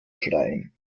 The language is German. schreien